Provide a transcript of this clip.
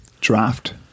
Draft